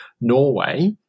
Norway